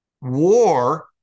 war